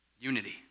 Unity